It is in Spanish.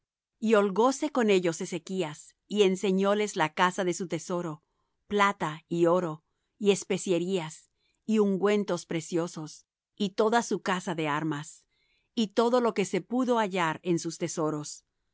y holgóse con ellos ezechas y enseñoles la casa de su tesoro plata y oro y especierías y ungüentos preciosos y toda su casa de armas y todo lo que se pudo hallar en sus tesoros